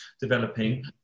developing